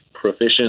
proficient